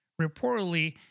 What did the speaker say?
reportedly